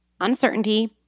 uncertainty